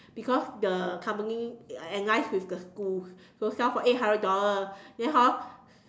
because the company liaise with the school so sell for eight hundred dollar then hor